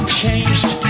changed